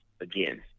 again